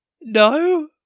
No